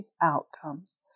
outcomes